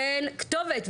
אין כתובת.